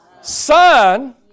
son